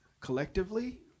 collectively